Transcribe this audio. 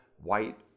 white